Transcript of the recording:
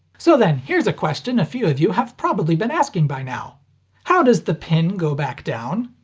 so then, here's a question a few of you have probably been asking by now how does the pin go back down?